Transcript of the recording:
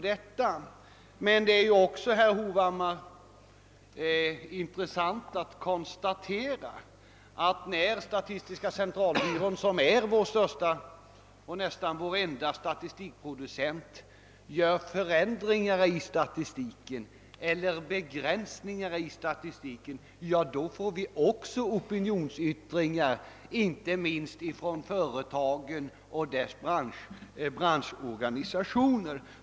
Men, herr Hovhammar, det är också intressant att konstatera att när statistiska centralbyrån — vår största och nästan enda statistikproducent — vidtar förändringar eller begränsningar av statistiken, då blir det också opinionsyttringar från företagen och deras branschorganisationer.